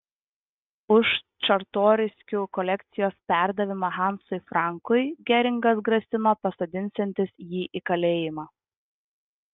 už čartoriskių kolekcijos perdavimą hansui frankui geringas grasino pasodinsiantis jį į kalėjimą